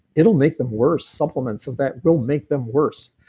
it'll make them worse. supplements, that will make them worse.